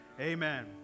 Amen